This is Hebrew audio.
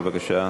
בבקשה.